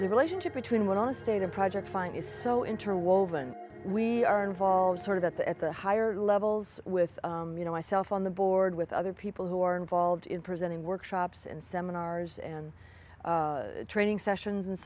the relationship between when i state a project find is so interwoven we are involved sort of at the at the higher levels with you know myself on the board with other people who are involved in presenting workshops and seminars and training sessions and